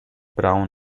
brown